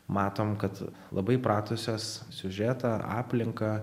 matom kad labai įpratusios siužetą aplinką